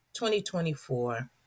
2024